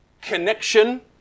connection